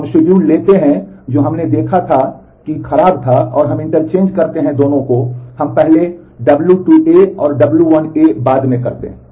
हम शेड्यूल लेते हैं जो हमने देखा था कि हम खराब थे और हम इंटरचेंज करते हैं इन दोनों को हम पहले w2 बाद में करते हैं